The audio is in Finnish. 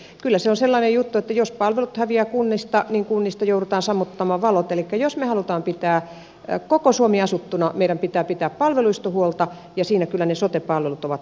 kyllä se on sellainen juttu että jos palvelut häviävät kunnista niin kunnista joudutaan sammuttamaan valot elikkä jos me haluamme pitää koko suomen asuttuna meidän pitää pitää palveluista huolta ja siinä kyllä ne sote palvelut ovat tosi tärkeitä